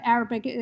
Arabic